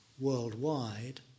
worldwide